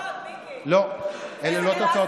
אלה תוצאות